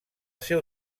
seu